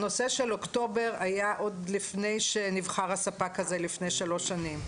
הנושא של אוקטובר היה עוד לפני שנבחר הספק הזה לפני שלוש שנים.